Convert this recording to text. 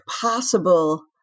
possible